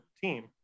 team